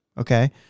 Okay